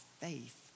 faith